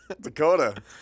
Dakota